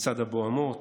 "מצעד הבהמות"